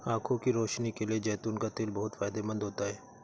आंखों की रोशनी के लिए जैतून का तेल बहुत फायदेमंद होता है